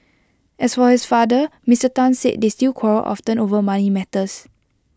as for his father Mister Tan said they still quarrel often over money matters